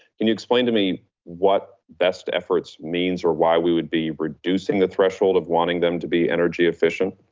can you explain to me what best efforts means or why we would be reducing the threshold of wanting them to be energy efficient?